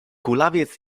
kulawiec